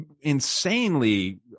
insanely